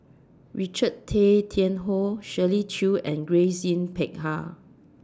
Richard Tay Tian Hoe Shirley Chew and Grace Yin Peck Ha